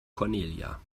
cornelia